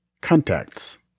contacts